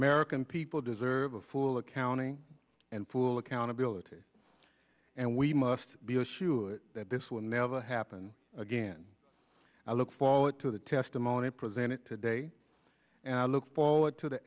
american people deserve a full accounting and full accountability and we must be a shoo in that this will never happen again i look forward to the testimony presented today and i look forward to the